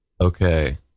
okay